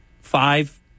five